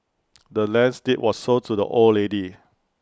the land's deed was sold to the old lady